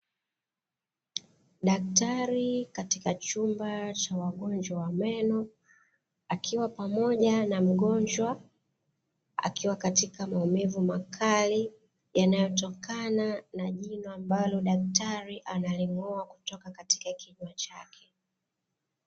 Daktari katika chumba cha wagonjwa wa meno akiwa pamoja na mgonjwa akiwa katika maumivu makali yanayotokana na jino ambalo daktari analing’oa kutoka katika kunywa chake.